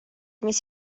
mis